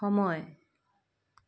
সময়